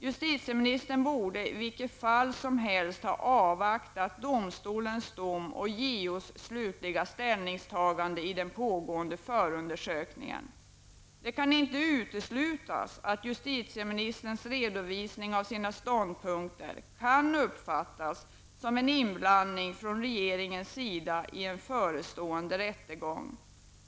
Justitieministern borde ha avvaktat domstolens dom och JOs slutliga ställningstagande i den pågående förundersökningen. Det kan inte uteslutas att justitieministerns redovisning av sina ståndpunkter kan uppfattas som en inblandning från regeringens sida i en förestående rättegång.